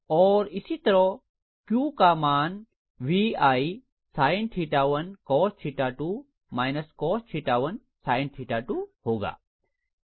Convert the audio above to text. और इसी तरह Q का मान VI sin 1cos2 − cos1 sin2 होगा